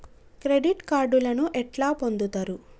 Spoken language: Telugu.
క్రెడిట్ కార్డులను ఎట్లా పొందుతరు?